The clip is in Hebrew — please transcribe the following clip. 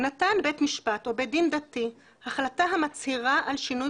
'נתן בית משפט או בית דין דתי החלטה המצהירה על שינוי